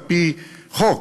על-פי חוק,